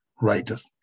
writers